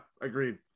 agreed